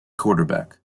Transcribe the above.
quarterback